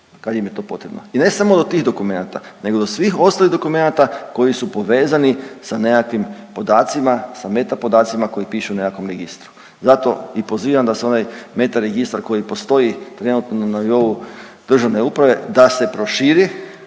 kad im je to potrebno. I ne samo do tih dokumenata nego do svih ostalih dokumenata koji su povezani sa nekakvim podacima, sa meta podacima koji pišu u nekakvom registru. Zato i pozivam da se onaj meta registar koji postoji trenutno na nivou državne uprave, da se proširi